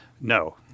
no